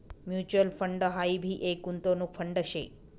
mutual fund हाई भी एक गुंतवणूक फंड शे